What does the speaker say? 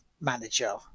manager